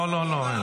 לא, לא.